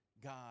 God